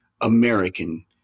American